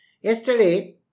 Yesterday